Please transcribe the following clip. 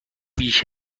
بیش